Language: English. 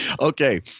Okay